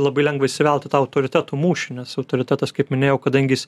labai lengva įsivelt į tą autoritetų mūšį nes autoritetas kaip minėjau kadangi jis